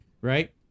right